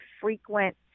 frequent